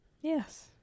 Yes